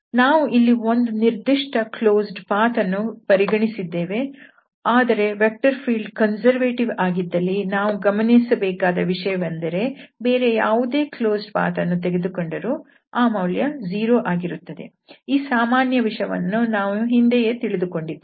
ನಾವು ಇಲ್ಲಿ ಒಂದು ನಿರ್ದಿಷ್ಟ ಕ್ಲೋಸ್ಡ್ ಪಾತ್ ಅನ್ನು ಪರಿಗಣಿಸಿದ್ದೇವೆ ಆದರೆ ವೆಕ್ಟರ್ ಫೀಲ್ಡ್ ಕನ್ಸರ್ವೇಟಿವ್ ಆಗಿದ್ದಲ್ಲಿ ನಾವು ಗಮನಿಸಬೇಕಾದ ವಿಷಯವೆಂದರೆ ಬೇರೆ ಯಾವುದೇ ಕ್ಲೋಸ್ಡ್ ಪಾತ್ ಅನ್ನು ತೆಗೆದುಕೊಂಡರೂ ಆ ಮೌಲ್ಯ 0 ಆಗಿರುತ್ತದೆ ಈ ಸಾಮಾನ್ಯ ವಿಷಯವನ್ನು ನಾವು ಈ ಹಿಂದೆಯೇ ತಿಳಿದುಕೊಂಡಿದ್ದೇವೆ